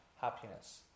happiness